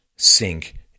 sink